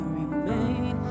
remain